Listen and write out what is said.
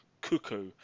cuckoo